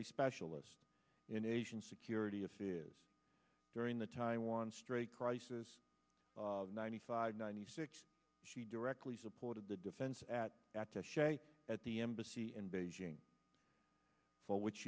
a specialist in asian security of his during the taiwan strait crisis ninety five ninety six she directly supported the defense at attache at the embassy in beijing for which